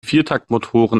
viertaktmotoren